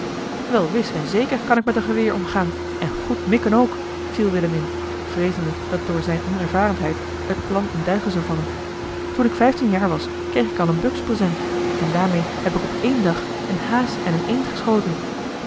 wel wis en zeker kan ik met een geweer omgaan en goed mikken ook viel willem in vreezende dat door zijne onervarenheid het plan in duigen zou vallen toen ik vijftien jaar was kreeg ik al eene buks present en daarmee heb ik op éen dag een haas en eene eend geschoten